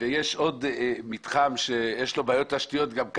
ויש עוד מתחם שיש לו בעיות תשתיתיות ממילא,